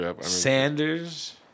Sanders